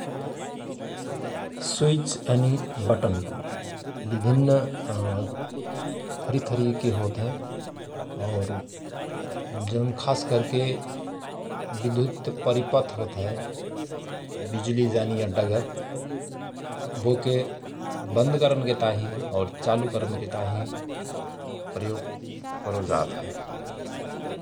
स्वीच एनि बटन विभिन्न थरि थरिके होत हयं । और जम खास करके विद्युत्त परिपथ होत हय विजुलि जानिया डगर बोके बन्द करनके ताहिँ और चालु करनके ताहिँ प्रयोग करो जात हय ।